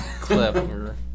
clever